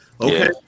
Okay